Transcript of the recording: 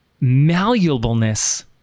malleableness